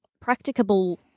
practicable